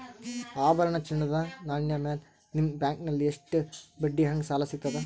ಆಭರಣ, ಚಿನ್ನದ ನಾಣ್ಯ ಮೇಲ್ ನಿಮ್ಮ ಬ್ಯಾಂಕಲ್ಲಿ ಎಷ್ಟ ಬಡ್ಡಿ ಹಂಗ ಸಾಲ ಸಿಗತದ?